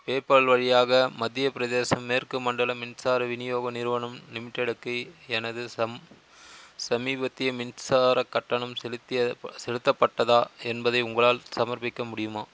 PayPal வழியாக மத்திய பிரதேசம் மேற்கு மண்டலம் மின்சார விநியோக நிறுவனம் லிமிடெட் க்கு எனது சம் சமீபத்திய மின்சாரக் கட்டணம் செலுத்திய செலுத்தப்பட்டதா என்பதை உங்களால் சமர்ப்பிக்க முடியுமா